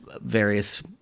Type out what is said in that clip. various